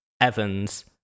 Evans